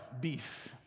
beef